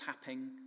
tapping